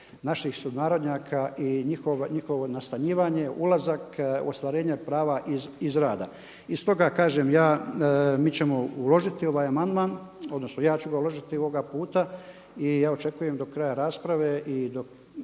naših sunarodnjaka i njihovo nastanjivanje, ulazak, ostvarenje prava iz rada. I stoga, kažem ja, mi ćemo uložiti amandman, odnosno ja ću ga uložiti ovoga puta i ja očekujem do kraja rasprave i do